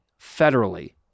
federally